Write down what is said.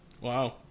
Wow